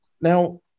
Now